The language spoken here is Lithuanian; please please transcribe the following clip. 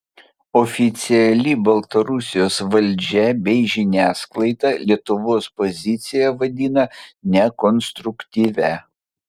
oficiali baltarusijos valdžia bei žiniasklaida lietuvos poziciją vadina nekonstruktyvia